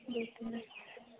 जितना का